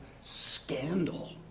scandal